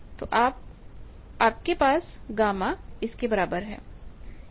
तो अब आपके पास गामा इसके बराबर है